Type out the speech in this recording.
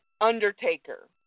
Undertaker